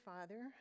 Father